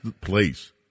place